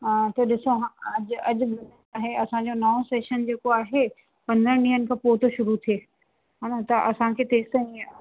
हा त ॾिसो अॼु अॼु आहे असांजो नओं सेशंन जेको आहे पंद्रहनि ॾींहंनि खां पोइ थो शुरू थिए हान त असांखे तेसीं ताईं